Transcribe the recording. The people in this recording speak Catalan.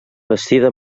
bastida